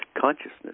consciousness